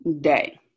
day